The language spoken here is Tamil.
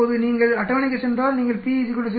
இப்போது நீங்கள் அட்டவணைக்குச் சென்றால் நீங்கள் p 0